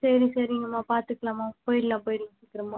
சரி சரிங்கமா பார்த்துக்கலாம்மா போய்டலாம் போய்டலாம் பத்திரமா